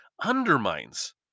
undermines